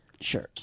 Sure